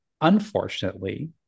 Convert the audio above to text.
unfortunately